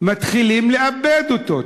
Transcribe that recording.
מתחילים לאבד אותו.